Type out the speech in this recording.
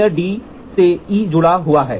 gear D से E जुड़ा हुआ है